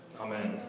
Amen